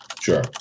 sure